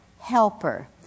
helper